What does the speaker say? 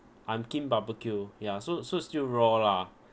I'm kim barbecue ya so so still raw lah